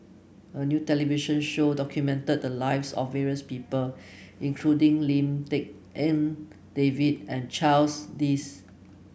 a new television show documented the lives of various people including Lim Tik En David and Charles Dyce